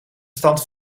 stand